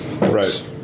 Right